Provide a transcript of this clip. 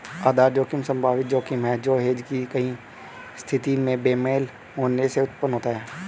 आधार जोखिम संभावित जोखिम है जो हेज की गई स्थिति में बेमेल होने से उत्पन्न होता है